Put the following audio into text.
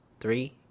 Three